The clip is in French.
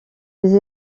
des